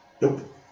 Nope